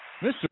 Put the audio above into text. Mr